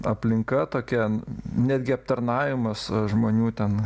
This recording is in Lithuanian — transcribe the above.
aplinka tokia netgi aptarnavimas žmonių ten